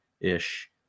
ish